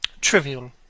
trivial